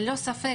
ללא ספק,